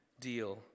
deal